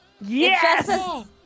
Yes